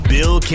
Bill